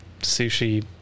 sushi